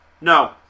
no